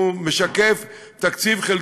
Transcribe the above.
שמשקף חלק